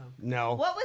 No